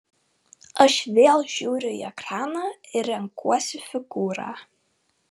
aš vėl žiūriu į ekraną ir renkuosi figūrą